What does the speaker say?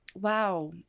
Wow